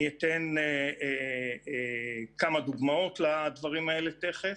אני אתן כמה דוגמאות לדברים האלה תיכף.